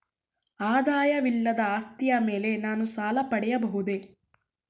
ಆದಾಯವಿಲ್ಲದ ಆಸ್ತಿಯ ಮೇಲೆ ನಾನು ಸಾಲ ಪಡೆಯಬಹುದೇ?